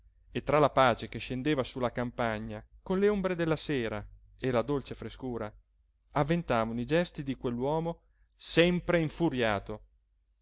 e tra la pace che scendeva su la campagna con le ombre della sera e la dolce frescura avventavano i gesti di quell'uomo sempre infuriato